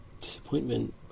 disappointment